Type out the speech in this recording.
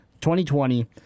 2020